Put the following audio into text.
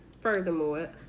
furthermore